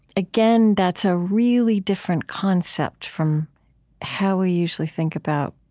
again, that's a really different concept from how we usually think about